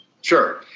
Sure